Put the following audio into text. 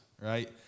right